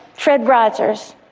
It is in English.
fred rogers,